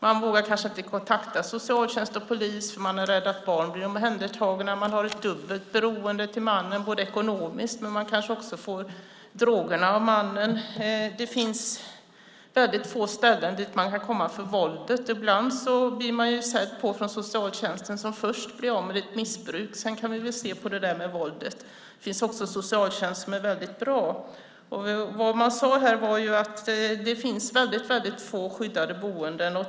De vågar kanske inte kontakta socialtjänst och polis för att de är rädda för att barnen ska bli omhändertagna. De har ett dubbelt beroende till mannen, ett ekonomiskt men de kanske också får drogerna av mannen. Det finns väldigt få ställen som de kan komma till på grund av våldet. Ibland säger man från socialtjänsten att de först ska bli av med sitt missbruk. Sedan kan man se på frågan om våldet. Det finns också socialtjänster som är väldigt bra. Det som man sade här var att det finns väldigt få skyddade boenden.